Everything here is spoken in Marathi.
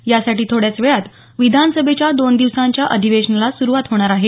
यासाठी थोड्याच वेळात विधानसभेच्या दोन दिवसांच्या अधिवेशनाला सुरूवात होणार आहे